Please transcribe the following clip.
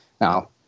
Now